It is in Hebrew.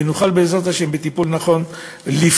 ובטיפול נכון נוכל,